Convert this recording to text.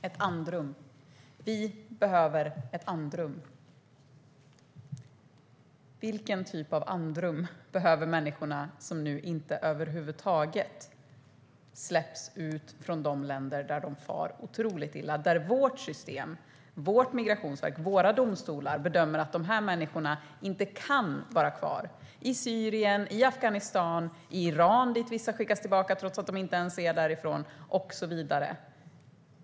Herr talman! Ett andrum, säger ministern. Vi behöver ett andrum. Vilken typ av andrum behöver de människor som nu inte över huvud taget släpps ut från de länder där de far otroligt illa? Vårt system, vårt migrationsverk och våra domstolar bedömer att de här människorna inte kan vara kvar i dessa länder - i Syrien, i Afghanistan eller i Iran, dit vissa skickas tillbaka trots att de inte ens är därifrån.